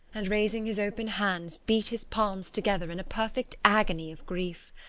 and raising his open hands, beat his palms together in a perfect agony of grief.